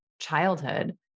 childhood